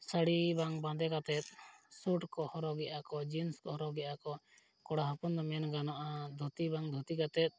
ᱥᱟᱹᱲᱤ ᱵᱟᱝ ᱵᱟᱸᱫᱮ ᱠᱟᱛᱮᱫ ᱥᱩᱴ ᱠᱚ ᱦᱚᱨᱚᱜ ᱮᱫᱟ ᱠᱚ ᱠᱚᱲᱟ ᱦᱚᱯᱚᱱ ᱫᱚ ᱢᱮᱱ ᱜᱟᱱᱚᱜᱼᱟ ᱫᱷᱩᱛᱤ ᱵᱟᱝ ᱫᱷᱩᱛᱤ ᱠᱟᱛᱮᱫ